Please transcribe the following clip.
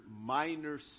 minor